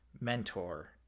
mentor